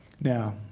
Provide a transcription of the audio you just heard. Now